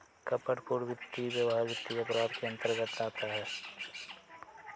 कपटपूर्ण वित्तीय व्यवहार वित्तीय अपराध के अंतर्गत आता है